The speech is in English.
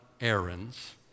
errands